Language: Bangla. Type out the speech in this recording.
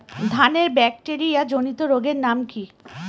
ধানের ব্যাকটেরিয়া জনিত রোগের নাম কি?